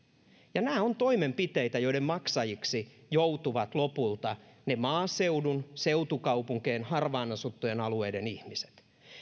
nämä ovat toimenpiteitä joiden maksajiksi joutuvat lopulta ne maaseudun seutukaupunkien ja harvaan asuttujen alueiden ihmiset